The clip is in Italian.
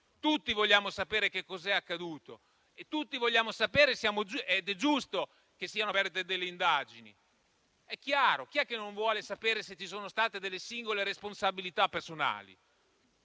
Tutti vogliamo sapere che cos'è accaduto ed è giusto che siano state aperte delle indagini. È chiaro. Chi è che non vuole sapere se ci sono state delle singole responsabilità personali?